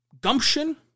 gumption